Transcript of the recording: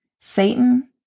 Satan